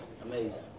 Amazing